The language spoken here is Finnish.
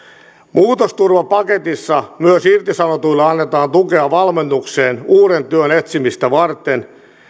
muutosturvapaketissa myös irtisanotuille annetaan tukea valmennukseen uuden työn etsimistä varten